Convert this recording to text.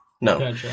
No